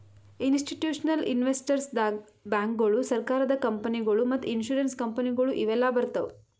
institutional investors ದಾಗ್ ಬ್ಯಾಂಕ್ಗೋಳು, ಸರಕಾರದ ಕಂಪನಿಗೊಳು ಮತ್ತ್ ಇನ್ಸೂರೆನ್ಸ್ ಕಂಪನಿಗೊಳು ಇವೆಲ್ಲಾ ಬರ್ತವ್